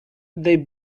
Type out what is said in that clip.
they